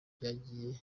byagiye